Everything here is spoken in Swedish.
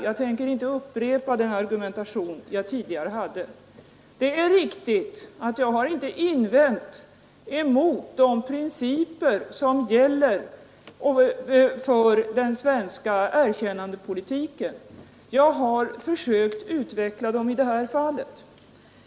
Jag tänker inte upprepa den argumentation jag tidigare anfört. Det är riktigt att jag inte har invänt mot de principer som gäller för den svenska erkännandepolitiken. Jag har försökt utveckla den i det här fallet.